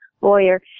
lawyer